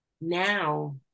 Now